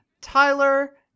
Tyler